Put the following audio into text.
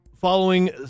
following